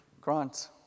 Grant